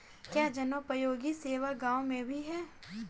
क्या जनोपयोगी सेवा गाँव में भी है?